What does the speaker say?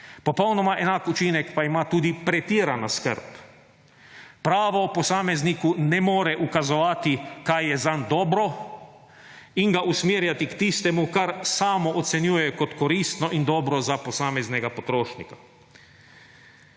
popolnoma enak učinek pa ima tudi pretirana skrb. Pravo posamezniku ne more ukazovati, kaj je zanj dobro, in ga usmerjati k tistemu, kar samo ocenjuje kot koristno in dobro za posameznega potrošnika.«